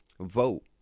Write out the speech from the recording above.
vote